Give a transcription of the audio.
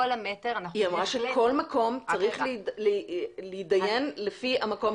היא אמרה שכל מקום צריך להתדיין לפי המקום עצמו.